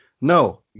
No